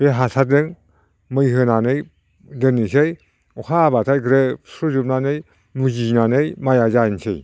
बे हासारजों मै होनानै दोननोसै अखा हाब्लाथाय ग्रोब सुस्र'जोबनानै मुजिनानै माइआ जानोसै